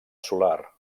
solar